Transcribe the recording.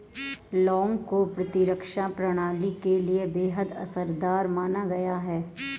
लौंग को प्रतिरक्षा प्रणाली के लिए बेहद असरदार माना गया है